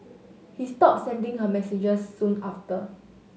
he stopped sending her messages soon after